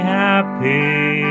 happy